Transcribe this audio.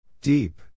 Deep